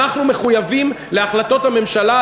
אנחנו מחויבים להחלטות הממשלה,